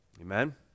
Amen